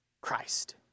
Christ